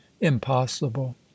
Impossible